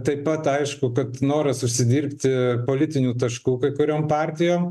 taip pat aišku kad noras užsidirbti politinių taškų kai kuriom partijom